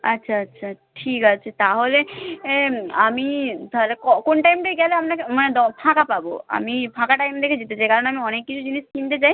আচ্ছা আচ্ছা ঠিক আছে তাহলে এ আমি তাহলে ক কোন টাইমটায় গেলে আপনাকে মানে দ ফাঁকা পাবো আমি ফাঁকা টাইম দেখে যেতে চাই কারণ আমি অনেক কিছু জিনিস কিনতে চাই